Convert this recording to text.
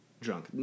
Drunk